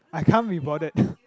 I can't be bothered